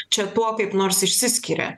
čia tuo kaip nors išsiskiria